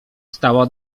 stała